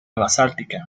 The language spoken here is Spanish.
basáltica